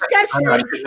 discussion